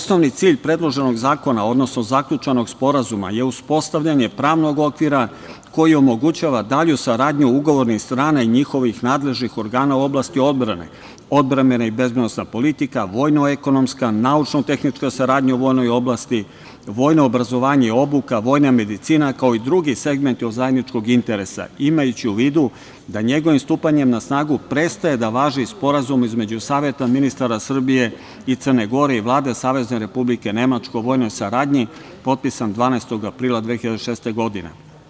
Osnovni cilj predloženog zakona, odnosno zaključenog sporazuma je uspostavljanje pravnog okvira koji omogućava dalju saradnju ugovornih strana i njihovih nadležnih organa u oblasti odbrane, odbrambena i bezbednosna politika, vojno-ekonomska, naučno-tehnička saradnja u vojnoj oblasti, vojno obrazovanje i obuka, vojna medicina, kao i drugi segmenti od zajedničkog interesa, imajući u vidu da njegovim stupanjem na snagu prestaje da važi Sporazum između Saveta ministara Srbije i Crne Gore i Vlade Savezne Republike Nemačke o vojnoj saradnji, potpisan 12. aprila 2006. godine.